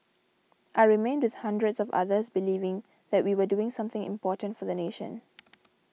I remained with hundreds of others believing that we were doing something important for the nation